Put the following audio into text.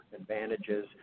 advantages